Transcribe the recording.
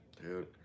dude